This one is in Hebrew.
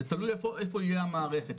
זה תלוי איפה יהיה המערכת,